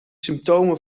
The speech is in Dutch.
symptomen